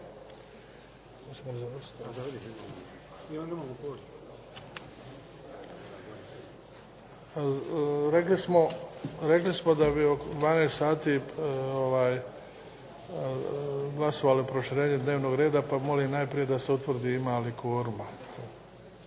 Rekli smo da bi oko 12 sati glasovali o proširenju dnevnog reda, pa molim najprije da se utvrdi ima li kvoruma.